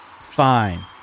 Fine